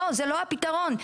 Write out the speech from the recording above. זה לא הפתרון.